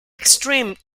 extreme